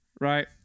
Right